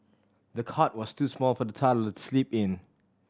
the cot was too small for the toddler to sleep in